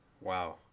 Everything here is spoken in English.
wow